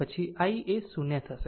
પછી i એ 0 થશે